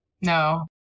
No